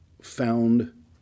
found